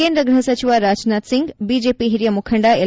ಕೇಂದ್ರ ಗೃಹ ಸಚಿವ ರಾಜನಾಥ್ ಸಿಂಗ್ ಬಿಜೆಪಿ ಹಿರಿಯ ಮುಖಂಡ ಎಲ್